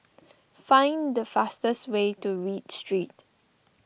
find the fastest way to Read Street